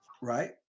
Right